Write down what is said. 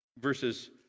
verses